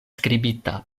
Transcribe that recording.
skribita